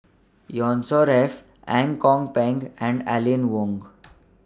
Yusnor Ef Ang Kok Peng and Aline Wong